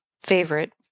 favorite